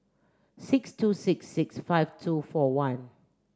six two six six five two four one